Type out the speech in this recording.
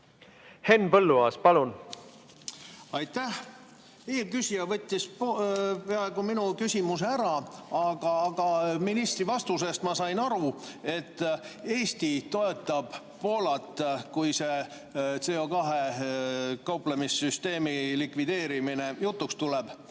Henn Põlluaas, palun! Aitäh! Eelküsija võttis peaaegu minu küsimuse ära, aga ministri vastusest ma sain aru, et Eesti toetab Poolat, kui see CO2kauplemissüsteemi likvideerimine jutuks tuleb.